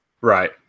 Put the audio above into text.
Right